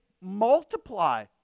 multiply